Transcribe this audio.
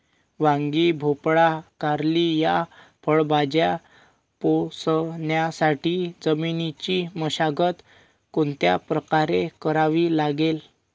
वांगी, भोपळा, कारली या फळभाज्या पोसण्यासाठी जमिनीची मशागत कोणत्या प्रकारे करावी लागेल?